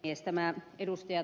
tämä ed